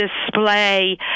display